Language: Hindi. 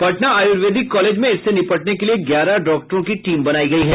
पटना आयुर्वेदिक कॉलेज में इससे निपटने के लिए ग्यारह डॉक्टरों की टीम बनायी गयी है